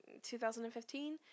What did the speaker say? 2015